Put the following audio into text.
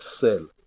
sell